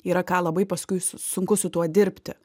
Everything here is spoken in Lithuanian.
yra ką labai paskui su sunku su tuo dirbti